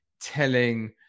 telling